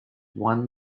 one